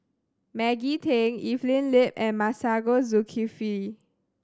Maggie Teng Evelyn Lip and Masagos Zulkifli